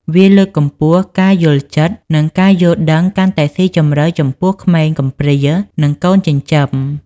វាលើកកម្ពស់ការយល់ចិត្ត និងការយល់ដឹងកាន់តែស៊ីជម្រៅចំពោះក្មេងកំព្រា និងកូនចិញ្ចឹម។